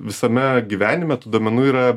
visame gyvenime tų duomenų yra